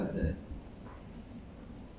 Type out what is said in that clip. cycle of life and death lor